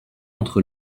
entre